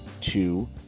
two